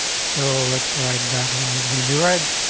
so let's write background is gonna be right,